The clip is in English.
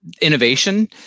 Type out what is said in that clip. innovation